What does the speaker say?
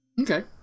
Okay